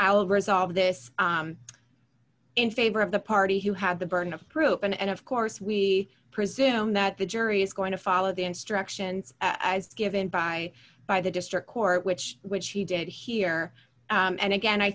will resolve this in favor of the party who had the burden of proof and of course we presume that the jury is going to follow the instructions as to given by by the district court which which he did here and again i